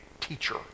teacher